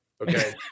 Okay